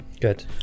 good